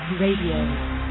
Radio